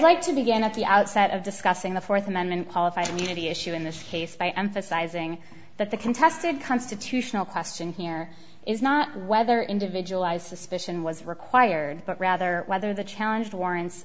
like to begin at the outset of discussing the fourth amendment qualified immunity issue in this case by emphasizing that the contested constitutional question here is not whether individualized suspicion was required but rather whether the challenge